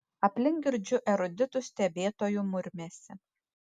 aplink girdžiu eruditų stebėtojų murmesį